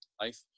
life